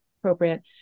appropriate